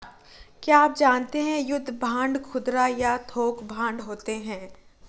क्या आप जानते है युद्ध बांड खुदरा या थोक बांड होते है?